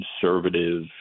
conservative